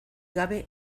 gabe